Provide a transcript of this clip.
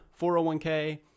401k